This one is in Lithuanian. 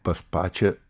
pas pačią